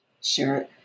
Sure